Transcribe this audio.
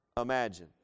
imagine